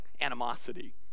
animosity